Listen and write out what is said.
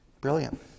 brilliant